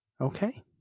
Okay